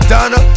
Donna